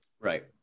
Right